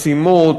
משימות,